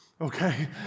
okay